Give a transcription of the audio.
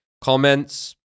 comments